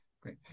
Great